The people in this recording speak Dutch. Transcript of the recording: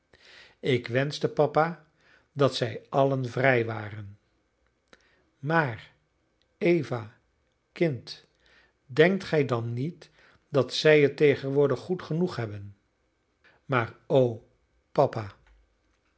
ik wenschte papa dat zij allen vrij waren maar eva kind denkt gij dan niet dat zij het tegenwoordig goed genoeg hebben maar o papa